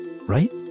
right